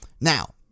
Now